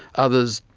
others,